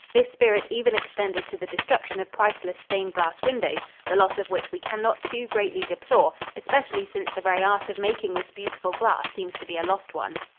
this spirit even extended to the destruction of priceless stained-glass windows, the loss of which we can not too greatly deplore, especially since the very art of making this beautiful glass seems to be a lost one.